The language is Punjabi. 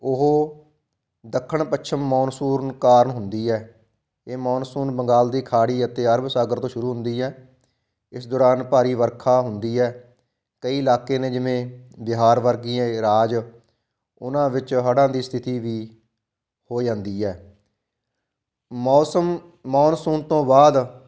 ਉਹ ਦੱਖਣ ਪੱਛਮ ਮੌਨਸੂਰਨ ਕਾਰਨ ਹੁੰਦੀ ਹੈ ਇਹ ਮੌਨਸੂਨ ਬੰਗਾਲ ਦੀ ਖਾੜੀ ਅਤੇ ਅਰਬ ਸਾਗਰ ਤੋਂ ਸ਼ੁਰੂ ਹੁੰਦੀ ਹੈ ਇਸ ਦੌਰਾਨ ਭਾਰੀ ਵਰਖਾ ਹੁੰਦੀ ਹੈ ਕਈ ਇਲਾਕੇ ਨੇ ਜਿਵੇਂ ਬਿਹਾਰ ਵਰਗੀਆਂ ਰਾਜ ਉਹਨਾਂ ਵਿੱਚ ਹੜਾਂ ਦੀ ਸਥਿਤੀ ਵੀ ਹੋ ਜਾਂਦੀ ਹੈ ਮੌਸਮ ਮੌਨਸੂਨ ਤੋਂ ਬਾਅਦ